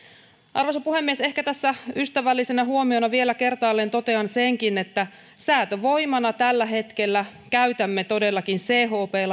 arvoisa puhemies ehkä tässä ystävällisenä huomiona vielä kertaalleen totean senkin että säätövoimana tällä hetkellä käytämme todellakin chp